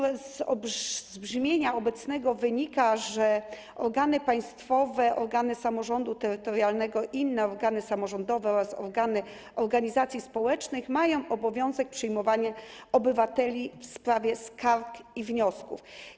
Z jego obecnego brzmienia wynika, że organy państwowe, organy samorządu terytorialnego i inne organy samorządowe oraz organy organizacji społecznych mają obowiązek przyjmowania obywateli w sprawie skarg i wniosków.